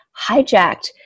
hijacked